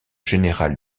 général